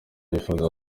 wifuza